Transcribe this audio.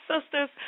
sisters